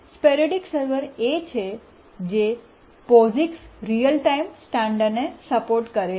sporadic server એ છે જે પોસિક્સ રીઅલ ટાઇમ સ્ટાન્ડર્ડને સપોર્ટ કરે છે